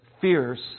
fierce